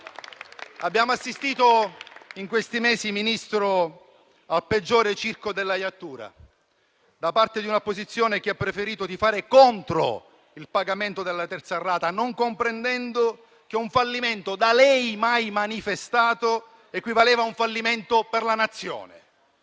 abbiamo assistito al peggiore circo della iattura da parte di una opposizione che ha preferito tifare contro il pagamento della terza rata, non comprendendo che un fallimento da lei mai manifestato equivaleva a un fallimento per la Nazione.